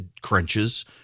crunches